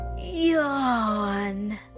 yawn